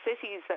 cities